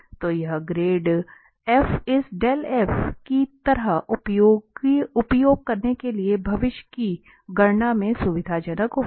तो यह grade f इस की तरह उपयोग करने के लिए भविष्य की गणना में सुविधाजनक होगा